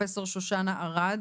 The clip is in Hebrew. פרופסור שושנה ארד